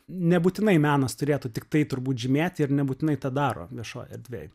nebūtinai menas turėtų tiktai turbūt žymėti ir nebūtinai tą daro viešoj erdvėj